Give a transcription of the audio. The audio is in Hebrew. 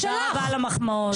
תודה רבה על המחמאות.